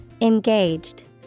Engaged